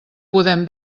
podem